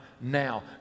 now